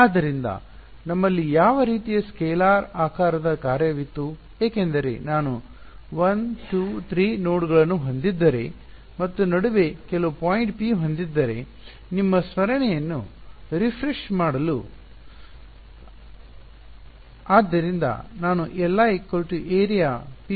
ಆದ್ದರಿಂದ ನಮ್ಮಲ್ಲಿ ಯಾವ ರೀತಿಯ ಸ್ಕೇಲಾರ್ ಆಕಾರದ ಕಾರ್ಯವಿತ್ತು ಏಕೆಂದರೆ ನಾನು 1 2 3 ನೋಡ್ಗಳನ್ನು ಹೊಂದಿದ್ದರೆ ಮತ್ತು ನಡುವೆ ಕೆಲವು ಪಾಯಿಂಟ್ P ಹೊಂದಿದ್ದರೆ ನಿಮ್ಮ ಸ್ಮರಣೆಯನ್ನು ರಿಫ್ರೆಶ್ ಮಾಡಲು ಸರಿನಾ